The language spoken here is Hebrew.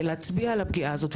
להצביע על הפגיעה הזאת,